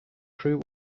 crew